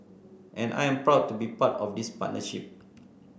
and I am proud to be part of this partnership